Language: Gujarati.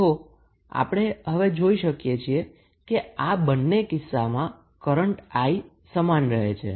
તો આપણે હવે જોઈ શકીએ છીએ કે આ બંને કિસ્સામાં કરન્ટ I સમાન રહે છે